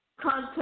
content